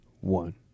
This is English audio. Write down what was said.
one